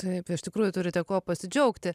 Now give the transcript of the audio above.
taip iš tikrųjų turite kuo pasidžiaugti